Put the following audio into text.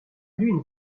l’une